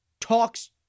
talks